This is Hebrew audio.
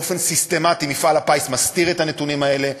אבל באופן סיסטמטי מפעל הפיס מסתיר את הנתונים האלה,